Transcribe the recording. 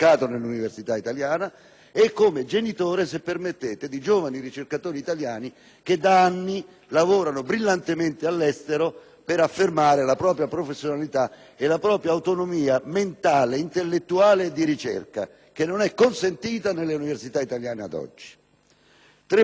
come genitore - se permettete - di giovani ricercatori italiani che da anni lavorano brillantemente all'estero per affermare la propria professionalità e la propria autonomia mentale, intellettuale e di ricerca, che non è consentita nelle università italiane ad oggi. Vorrei affrontare